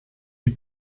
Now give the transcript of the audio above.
die